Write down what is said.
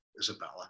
Isabella